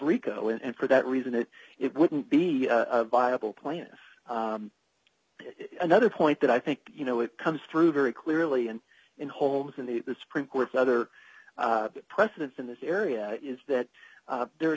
rico and for that reason that it wouldn't be a viable plan is another point that i think you know it comes through very clearly and in homes in the supreme court other precedents in this area is that there are